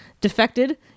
Defected